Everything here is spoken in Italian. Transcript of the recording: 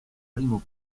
primo